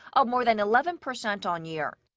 up more than eleven percent on-year.